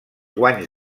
guanys